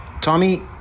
Tommy